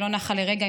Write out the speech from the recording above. היא לא נחה לרגע,